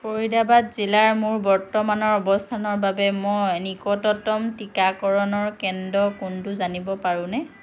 ফৰিদাবাদ জিলাৰ মোৰ বৰ্তমানৰ অৱস্থানৰ বাবে মই নিকটতম টীকাকৰণৰ কেন্দ্ৰ কোনটো জানিব পাৰোনে